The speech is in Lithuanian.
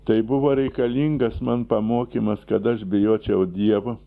tai buvo reikalingas man pamokymas kad aš bijočiau dievo